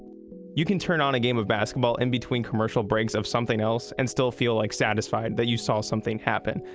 you can turn on a game of basketball in between commercial breaks of something else and still feel like satisfied that you saw something happen.